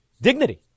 dignity